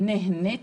נהניתי.